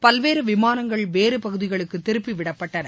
பல்வேறு விமானங்கள் வேறு பகுதிகளுக்கு திருப்பி விடப்பட்டன